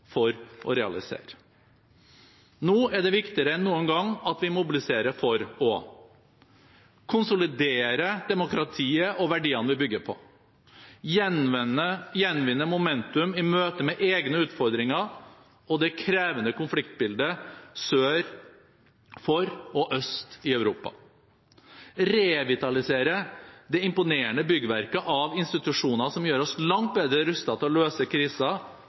for å realisere. Nå er det viktigere enn noen gang at vi mobiliserer for å konsolidere demokratiet og verdiene vi bygger på, gjenvinne momentum i møte med egne utfordringer og det krevende konfliktbildet sør for og øst i Europa, revitalisere det imponerende byggverket av institusjoner som gjør oss langt bedre rustet til å løse